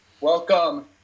Welcome